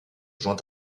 joint